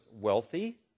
wealthy